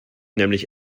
nämlich